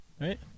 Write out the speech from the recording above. Right